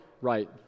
right